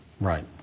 Right